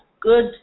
good